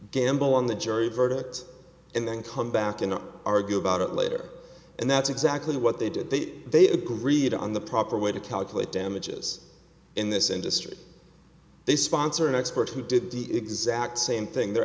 gamble on the jury verdict and then come back and argue about it later and that's exactly what they did they they agreed on the proper way to calculate damages in this industry they sponsor an expert who did the exact same thing the